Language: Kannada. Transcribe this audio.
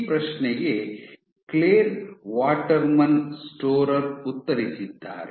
ಈ ಪ್ರಶ್ನೆಗೆ ಕ್ಲೇರ್ ವಾಟರ್ಮ್ಯಾನ್ ಸ್ಟೋರ್ರ್ ಉತ್ತರಿಸಿದ್ದಾರೆ